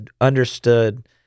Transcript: understood